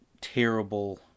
terrible